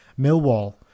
Millwall